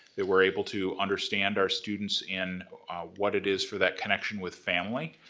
that we're able to understand our students in what it is for that connection with family,